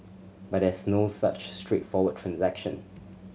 but there's no such straightforward transaction